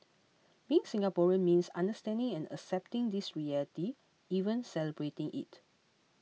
being Singaporean means understanding and accepting this reality even celebrating it